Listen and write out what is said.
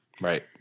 Right